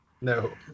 no